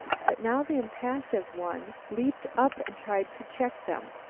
but now the impassive one leaped up and tried to check them,